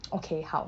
okay 好